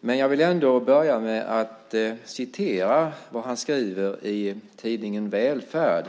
Jag vill ändå börja med att citera vad han skriver i tidningen Välfärd.